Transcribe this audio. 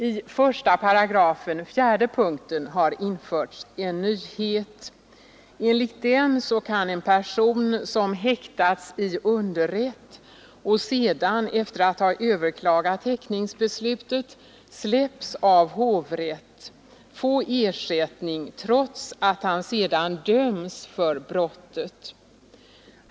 I 18, fjärde punkten, har införts en nyhet. Enligt den kan en person, som häktas i underrätt och sedan — efter att ha överklagat häktningsbeslutet — släppts i hovrätt, få ersättning trots att han sedan döms för brottet.